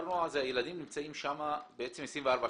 הילדים נמצאים בכפר הנוער 24 שעות.